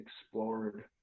explored